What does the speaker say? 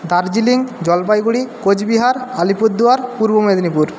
Darjeeling Jalpaiguri Cooch Behar Alipurduar Purba Medinipur